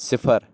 صِفر